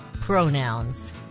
pronouns